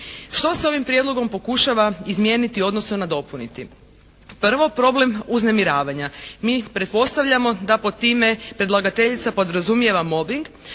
Što se ovim prijedlogom pokušava izmijeniti odnosno nadopuniti? Prvo problem uznemiravanja. Mi pretpostavljamo da pod time predlagateljica podrazumijeva mobing